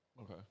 Okay